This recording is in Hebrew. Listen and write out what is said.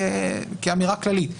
כאמירה כללית,